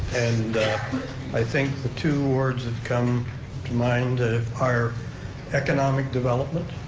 and i think the two words that come to mind are economic development,